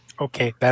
Okay